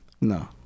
no